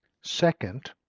Second